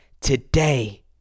today